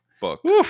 book